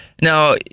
Now